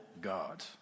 God